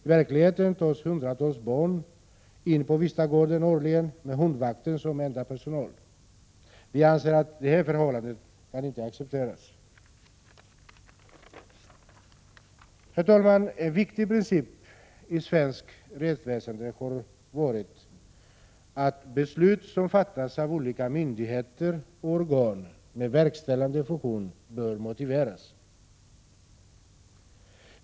I verkligheten tas hundratals barn in på Vistagården årligen med hundvakten som enda personal. Vpk anser att det förhållandet inte kan accepteras. Herr talman! En viktig princip i svenskt rättsväsende har varit att beslut som fattas av olika myndigheter och organ med verkställande funktion bör motiveras.